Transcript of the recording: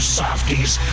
softies